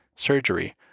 surgery